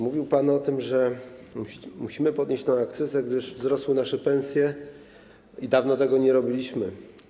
Mówił pan o tym, że musimy podnieść akcyzę, gdyż wzrosły nasze pensje i dawno tego nie robiliśmy.